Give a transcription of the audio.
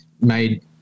made